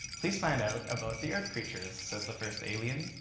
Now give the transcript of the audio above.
please find out about the earth creatures, says the first alien.